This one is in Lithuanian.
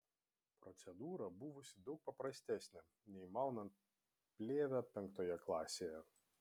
procedūra buvusi daug paprastesnė nei maunant plėvę penktoje klasėje